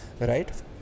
right